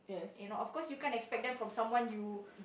you know of course you can't expect them from someone you